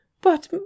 But